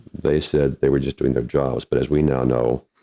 they said they were just doing their jobs, but as we now know,